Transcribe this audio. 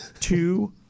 Two